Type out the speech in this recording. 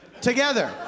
Together